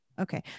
Okay